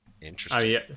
Interesting